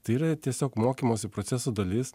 tai yra tiesiog mokymosi proceso dalis